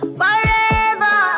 forever